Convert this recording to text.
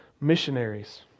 missionaries